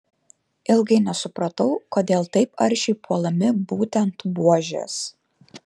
ilgai nesupratau kodėl taip aršiai puolami būtent buožės